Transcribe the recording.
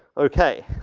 okay.